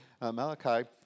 Malachi